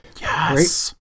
Yes